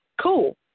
cool